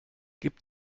gib